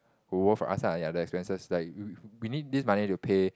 who work us ah ya the expenses like we need this money to pay